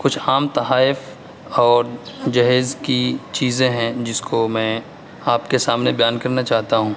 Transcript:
کچھ عام تحائف اور جہیز کی چیزیں ہیں جس کو میں آپ کے سامنے بیان کرنا چاہتا ہوں